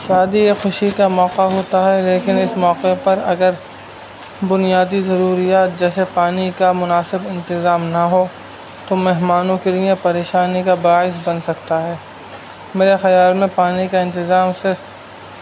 شادی ایک خوشی کا موقع ہوتا ہے لیکن اس موقع پر اگر بنیادی ضروریات جیسے پانی کا مناسب انتظام نہ ہو تو مہمانوں کے لیے پریشانی کا باعث بن سکتا ہے میرے خیال میں پانی کا انتظام صرف